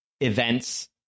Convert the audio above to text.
events